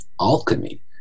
alchemy